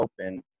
open